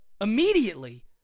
immediately